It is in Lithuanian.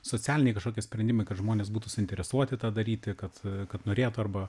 socialiniai kažkokie sprendimai kad žmonės būtų suinteresuoti tą daryti kad kad norėtų arba